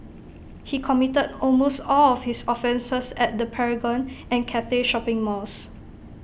he committed almost all of his offences at the Paragon and Cathay shopping malls